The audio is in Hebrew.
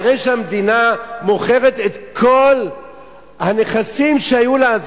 אחרי שהמדינה מוכרת את כל הנכסים שהיו לה,